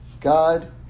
God